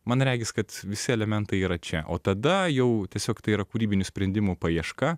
man regis kad visi elementai yra čia o tada jau tiesiog tai yra kūrybinių sprendimų paieška